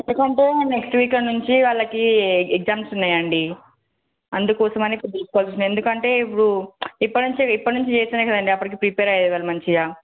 ఎందుకంటే next week నుంచి వాళ్ళకి ఎగ్జామ్స్ ఉన్నాయి అండి అందుకోసం అని కొద్దిగా ఎందుకంటే ఇప్పుడు ఇప్పటి నుంచి ఇప్పటి నుంచి చేస్తేనే కదండి అప్పటికి ప్రిపేర్ అయ్యేది వాళ్ళు మంచిగా